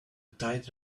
tide